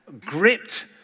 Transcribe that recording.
gripped